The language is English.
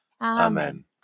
Amen